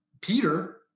Peter